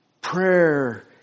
Prayer